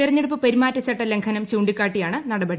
തിരഞ്ഞെടുപ്പ് പെരുമാറ്റച്ചട്ടലംഘനം ചൂണ്ടിക്കാട്ടിയാണ് നടപടി